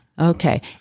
okay